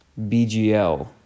BGL